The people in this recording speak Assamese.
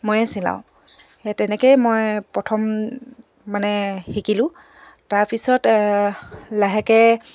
ময়ে চিলাওঁ সেই তেনেকেই মই প্ৰথম মানে শিকিলোঁ তাৰপিছত লাহেকে